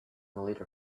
leader